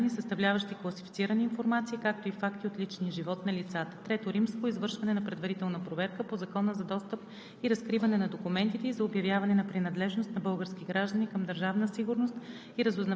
от получаването им при спазване изискванията на Закона за защита на личните данни. Не се публикуват конкретни данни, съставляващи класифицирана информация, както и факти от личния живот на лицата. III. Извършване на предварителна проверка по Закона за достъп